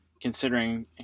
considering